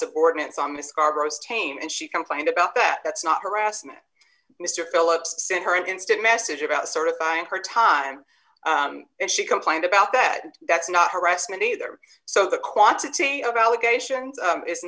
scarborough's team and she complained about that it's not harassment mr philips sent her an instant message about sort of buying her time and she complained about that and that's not harassment either so the quantity of allegations